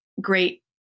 great